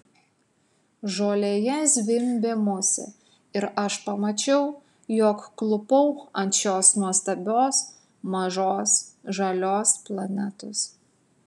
žolėje zvimbė musė ir aš pamačiau jog klūpau ant šios nuostabios mažos žalios planetos